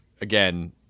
again